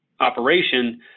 operation